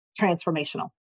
transformational